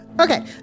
Okay